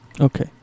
Okay